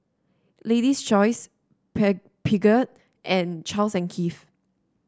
Lady's Choice Pei Peugeot and Charles and Keith